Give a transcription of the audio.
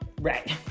Right